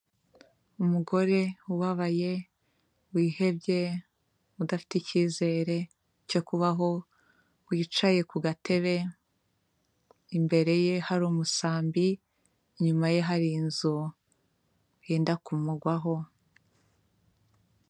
Umugore ubabaye wihebye udafite icyizere cyo kubaho, wicaye ku gatebe imbere ye hari umusambi, inyuma ye hari inzu yenda kumugwaho.